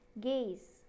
Gaze